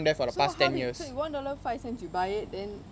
so how did so one dollar five cents you buy it then